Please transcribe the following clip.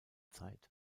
zeit